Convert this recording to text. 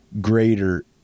greater